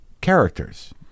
characters